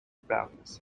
barriers